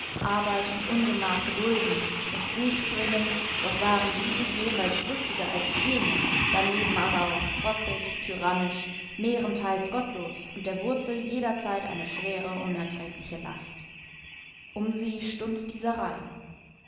arbeit und ungemach gedulden und durchbringen doch waren diese jeweils lustiger als jene darneben aber auch trotzig tyrannisch mehrenteils gottlos und der wurzel jederzeit eine schwere unerträgliche last um sie stund dieser reim